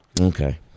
okay